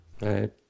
Right